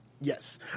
Yes